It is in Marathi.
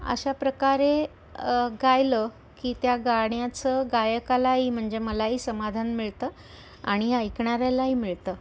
अशा प्रकारे गायलं की त्या गाण्याचं गायकालाही म्हणजे मलाही समाधान मिळतं आणि ऐकणाऱ्यालाही मिळतं